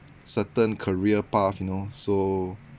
certain career path you know so